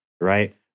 right